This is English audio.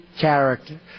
character